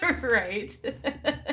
Right